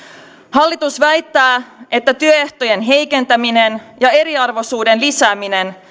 hallitus väittää että työehtojen heikentäminen ja eriarvoisuuden lisääminen